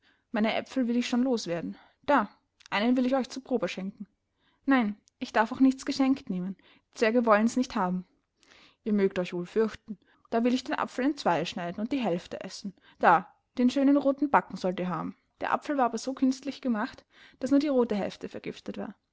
meine aepfel will ich schon los werden da einen will ich euch zur probe schenken nein ich darf auch nichts geschenkt nehmen die zwerge wollens nicht haben ihr mögt euch wohl fürchten da will ich den apfel entzwei schneiden und die hälfte essen da den schönen rothen backen sollt ihr haben der apfel war aber so künstlich gemacht daß nur die rothe hälfte vergiftet war